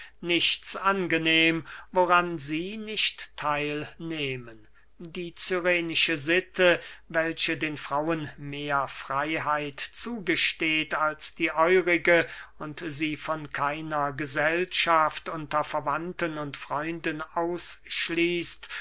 nichts angenehm woran sie nicht theil nehmen die cyrenische sitte welche den frauen mehr freyheit zugesteht als die eurige und sie von keiner gesellschaft unter verwandten und freunden ausschließt